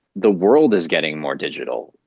the world is getting more digital.